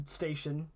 station